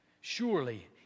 Surely